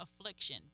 affliction